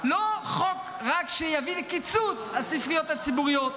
לא חוק שרק יביא לקיצוץ הספריות הציבוריות,